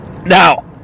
Now